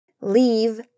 Leave